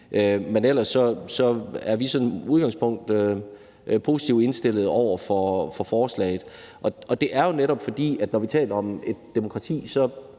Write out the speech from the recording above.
som udgangspunkt positivt indstillet over for forslaget. Det er vi netop, fordi det, når vi taler om demokrati,